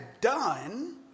done